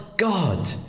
god